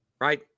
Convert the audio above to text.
Right